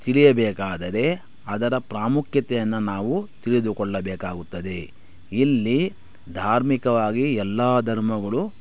ತಿಳಿಯಬೇಕಾದರೆ ಅದರ ಪ್ರಾಮುಖ್ಯತೆಯನ್ನು ನಾವು ತಿಳಿದುಕೊಳ್ಳಬೇಕಾಗುತ್ತದೆ ಇಲ್ಲಿ ಧಾರ್ಮಿಕವಾಗಿ ಎಲ್ಲ ಧರ್ಮಗಳು